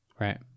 right